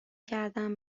کردم